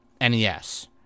NES